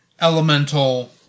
elemental